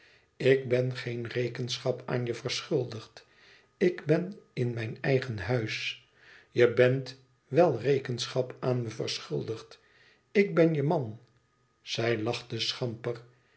ik ben geen rekenschap aan je verschuldigd ik ben in mijn eigen huis je bent wel rekenschap aan me verschuldigd ik ben je man zij lachte schamper